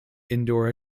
indoor